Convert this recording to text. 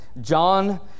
John